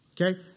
okay